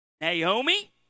Naomi